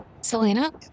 Selena